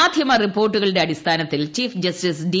മാധ്യമ റിപ്പോർട്ടുകളുടെ അടിസ്ഥാനത്തിൽ ചീഫ് ജസ്റ്റിസ് ഡി